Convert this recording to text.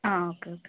ആ okay okay